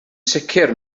sicr